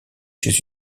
chez